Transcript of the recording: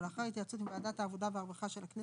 ולאחר התייעצות עם ועדת העבודה והרווחה של הכנסת,